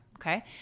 okay